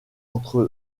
entre